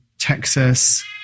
Texas